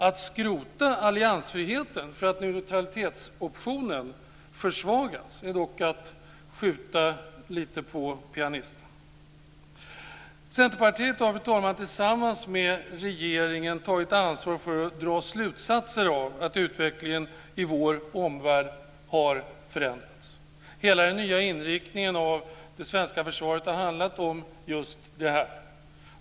Att skrota alliansfriheten för att neutralitetsoptionen försvagats är dock lite grann att skjuta på pianisten. Fru talman! Centerpartiet har tillsammans med regeringen tagit ansvar för att dra slutsatser av att utvecklingen i vår omvärld har förändrats. Hela den nya inriktningen av det svenska försvaret har handlat om just det.